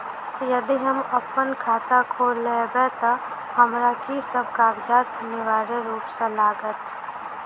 यदि हम अप्पन खाता खोलेबै तऽ हमरा की सब कागजात अनिवार्य रूप सँ लागत?